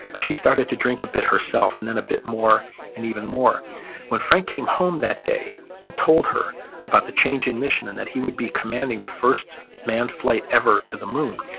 she started to drink a bit herself and then a bit more and even more when frank came home that day and told her about the change in mission and that he would be commanding the first manned flight ever to the moon,